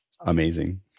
amazing